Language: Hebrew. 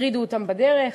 הטרידו אותם בדרך,